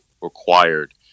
required